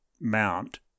mount